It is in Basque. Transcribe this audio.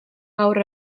gaur